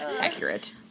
Accurate